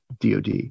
DoD